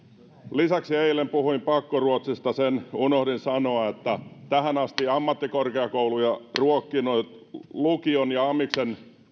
lisäksi eilen puhuin pakkoruotsista sen unohdin sanoa että tähän asti ammattikorkeakouluja ruokkinut lukion ja amiksen